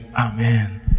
Amen